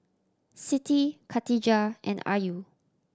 Siti Katijah and Ayu